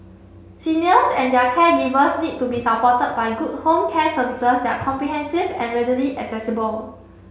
seniors and their caregivers need to be supported by good home care services that are comprehensive and readily accessible